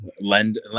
lend